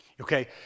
Okay